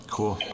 Cool